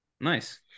nice